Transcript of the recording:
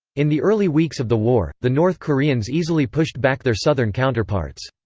in the early weeks of the war, the north koreans easily pushed back their southern counterparts.